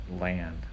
land